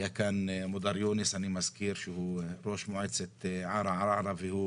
היה כאן מודר יונס, ראש מועצת ערערה, והוא